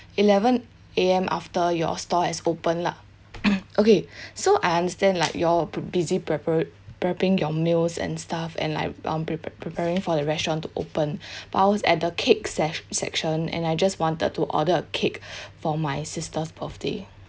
eleven A_M after your store has open lah okay so I understand like you all will be busy prepar~ prepping your meals and stuff and like um prepared preparing for the restaurant to open but I was at the cake sect~ section and I just wanted to order a cake for my sister's birthday